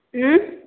उँ